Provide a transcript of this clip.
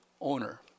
owner